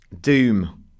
Doom